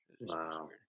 wow